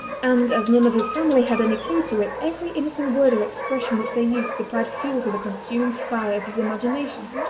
and, as none of his family had any clue to it, every innocent word or expression which they used supplied fuel to the consuming fire of his imagination.